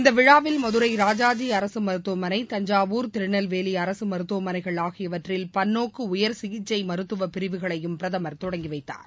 இந்த விழாவில் மதுரை ராஜாஜி அரசு மருத்துவமனை தஞ்சாவூர் திருநெல்வேலி அரசு மருத்துவமனைகள் ஆகியவற்றில் பன்னோக்கு உயர் சிகிச்சை மருத்துவ பிரிவுகளையும் பிரதம் தொடங்கி வைத்தார்